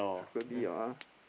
six thirty [liao] ah